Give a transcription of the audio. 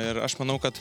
ir aš manau kad